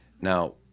Now